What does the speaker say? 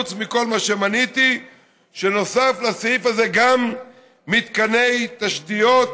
חוץ מכל מה שמניתי שנוספו לסעיף הזה גם מתקני תשתיות